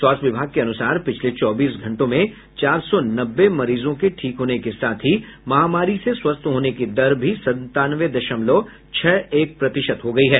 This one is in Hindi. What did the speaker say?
स्वास्थ्य विभाग के अनुसार पिछले चौबीस घंटों में चार सौ नब्बे मरीजों के ठीक होने के साथ ही महामारी से स्वस्थ होने की दर भी संतानवे दशमलव छह एक प्रतिशत हो गई है